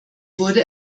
wurde